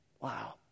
Wow